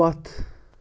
پتھ